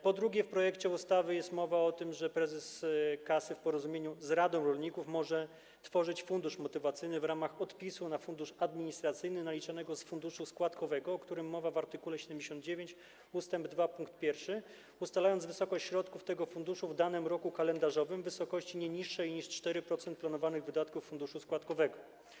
Po drugie, w projekcie ustawy jest mowa o tym, że prezes kasy w porozumieniu z radą rolników może tworzyć fundusz motywacyjny w ramach odpisu na fundusz administracyjny, naliczanego z funduszu składkowego, o którym mowa w art. 79 ust. 2 pkt 1, ustalając kwotę środków tego funduszu w danym roku kalendarzowym w wysokości nie mniejszej niż 4% planowanych wydatków funduszu składkowego.